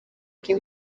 kim